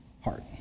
heart